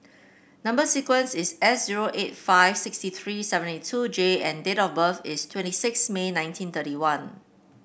number sequence is S zero eight five sixty three seventy two J and date of birth is twenty six May nineteen thirty one